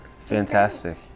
Fantastic